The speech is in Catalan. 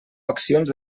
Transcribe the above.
accions